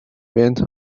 went